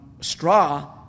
straw